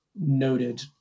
noted